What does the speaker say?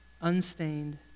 unstained